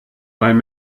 beim